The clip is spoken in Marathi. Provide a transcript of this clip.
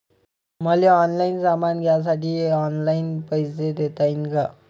मले ऑनलाईन सामान घ्यासाठी ऑनलाईन पैसे देता येईन का?